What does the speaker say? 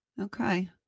Okay